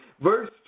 Verse